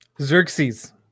Xerxes